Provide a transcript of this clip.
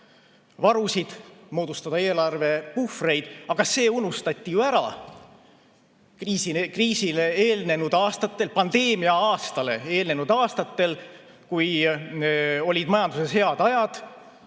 varusid, moodustada eelarvepuhvreid. Aga see unustati ära kriisile eelnenud aastatel, pandeemia-aastale eelnenud aastatel, kui majanduses olid head ajad.